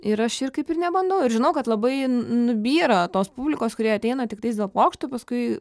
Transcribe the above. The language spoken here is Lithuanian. ir aš ir kaip ir nebandau ir žinau kad labai nubyra tos publikos kurie ateina tiktais dėl pokštų paskui